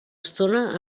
estona